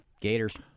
Gators